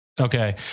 Okay